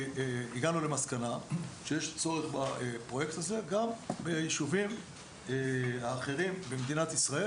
הגענו למסקנה שיש צורך בפרויקט הזה גם ביישובים האחרים במדינת ישראל